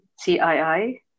CII